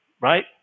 right